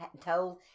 told